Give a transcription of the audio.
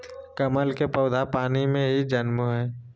कमल के पौधा पानी में ही जन्मो हइ